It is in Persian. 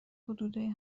حدودای